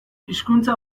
hizkuntza